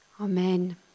Amen